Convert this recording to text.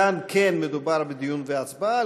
כאן כן מדובר בדיון והצבעה.